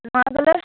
மாதுளை